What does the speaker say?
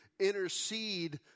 intercede